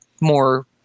more